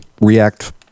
React